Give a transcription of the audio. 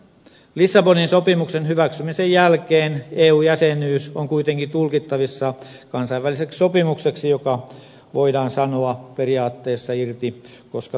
lissabonin sopimuksen hyväksymisen jälkeen eu jäsenyys on kuitenkin tulkittavissa kansainväliseksi sopimukseksi joka voidaan periaatteessa sanoa irti koska tahansa